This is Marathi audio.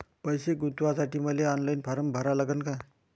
पैसे गुंतवासाठी मले ऑनलाईन फारम भरा लागन का?